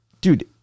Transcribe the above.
dude